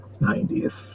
90s